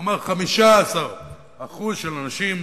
נאמר 15% של אנשים